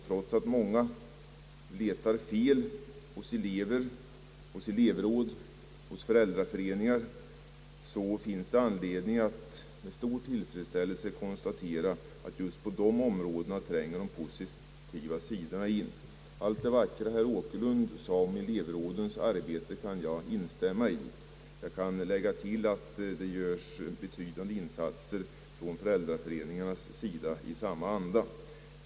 Trots att många letar fel hos elever, elevråd och föräldraföreningar finns det anledning att med stor tillfredsställelse konstatera att just på dessa områden de positiva sidorna tränger fram, Allt det vackra som herr Åkerlund sade om elevrådens arbete kan jag instämma i. Jag kan lägga till att föräldraföreningarna gör betydande insatser i samma anda.